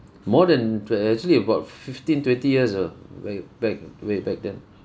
more than ten actually about fifteen twenty years uh back back way back then